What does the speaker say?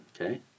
Okay